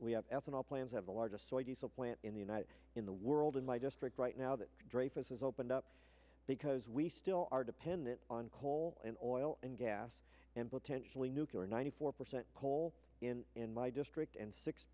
ethanol plants have the largest so i diesel plant in the united in the world in my district right now that dreyfus has opened up because we still are dependent on coal and oil and gas and potentially nuclear ninety four percent coal in in my district and six